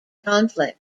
conflict